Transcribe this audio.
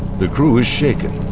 the crew is shaken.